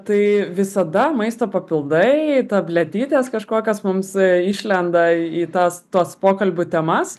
tai visada maisto papildai tabletytės kažkokios mums išlenda į tas tos pokalbių temas